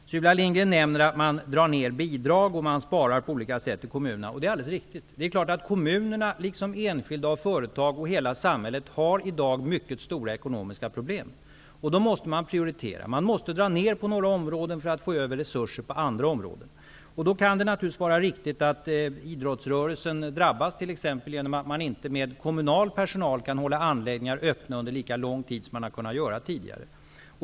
Sylvia Lindgren nämnde att man drar ner bidrag och sparar på olika sätt i kommunerna. Det är alldeles riktigt. Kommunerna liksom enskilda, företag och hela samhället har i dag mycket stora ekonomiska problem. Då måste man prioritera och dra ned på några områden för att få över resurser på andra områden. Då kan det naturligtvis vara riktigt att låta t.ex. idrottsrörelsen drabbas genom att man inte med kommunal personal kan hålla anläggningar öppna lika lång tid som man har kunnat göra tidigare.